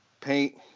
paint